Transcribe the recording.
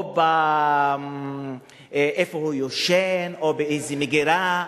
או איפה שהוא ישן, או באיזה מגירה.